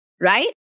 Right